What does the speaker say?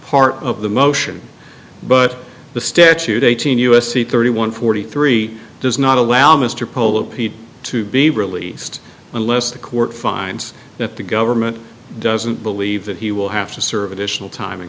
part of the motion but the statute eighteen u s c thirty one forty three does not allow mr polo pete to be released unless the court finds that the government doesn't believe that he will have to serve additional time in